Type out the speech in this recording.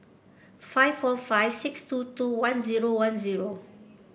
five four five six two two one zero one zero